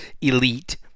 Elite